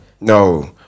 No